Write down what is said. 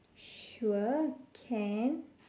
sure can